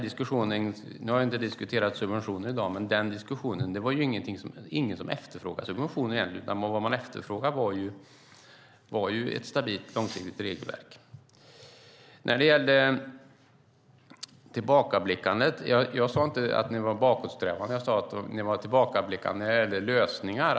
Vi har inte diskuterat subventioner i dag men har haft den diskussionen tidigare. Det var ingen som egentligen efterfrågade subventioner. Vad man efterfrågade var ett stabilt, långsiktigt regelverk. Jag sade inte att ni var bakåtsträvande. Jag sade att ni var tillbakablickande när det gällde lösningar.